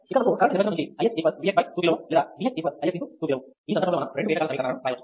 ఇక్కడ మనకు కరెంట్ నిర్వచనం నుంచి Ix Vx 2 kΩ లేదా Vx Ix 2 kΩ ఈ సందర్భంలో మనం రెండు ఏకకాల సమీకరణాలను రాయవచ్చు